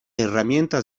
herramientas